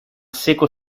seco